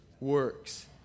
works